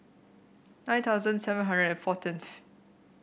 nine thousand seven hundred and fourteenth